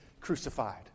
crucified